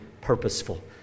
purposeful